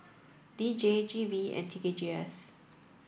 D J G V and T K G S